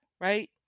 right